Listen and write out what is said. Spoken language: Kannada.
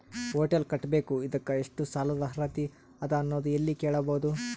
ಹೊಟೆಲ್ ಕಟ್ಟಬೇಕು ಇದಕ್ಕ ಎಷ್ಟ ಸಾಲಾದ ಅರ್ಹತಿ ಅದ ಅನ್ನೋದು ಎಲ್ಲಿ ಕೇಳಬಹುದು?